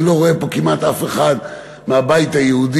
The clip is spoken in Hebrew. אני לא רואה פה כמעט אף אחד מהבית היהודי.